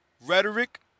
rhetoric